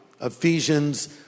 Ephesians